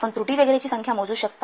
आपण त्रुटी वगैरेची संख्या मोजू शकता